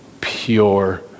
pure